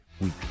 week